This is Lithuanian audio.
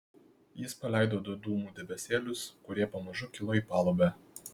jis paleido du dūmų debesėlius kurie pamažu kilo į palubę